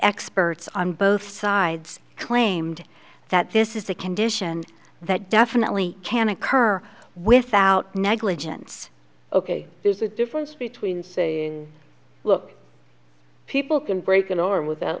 experts on both sides claimed that this is a condition that definitely can occur without negligence ok there's a difference between saying look people can break an arm with